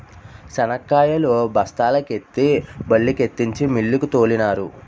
శనక్కాయలు బస్తాల కెత్తి బల్లుకెత్తించి మిల్లుకు తోలినారు